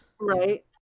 right